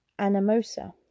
Anamosa